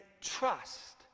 trust